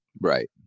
Right